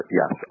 yes